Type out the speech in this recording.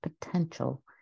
potential